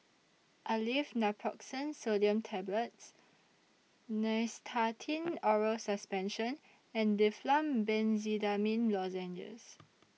Aleve Naproxen Sodium Tablets Nystatin Oral Suspension and Difflam Benzydamine Lozenges